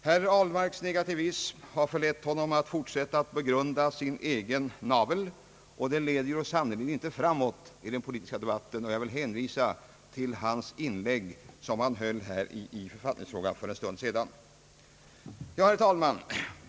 Herr Ahlmarks negativism har förlett honom att fortsätta med att begrunda sin egen navel, och det leder ju sannerligen inte framåt i den politiska debatten. Jag vill hänvisa till det inlägg som han höll från denna talarstol i författningsfrågan för en stund sedan. Herr talman!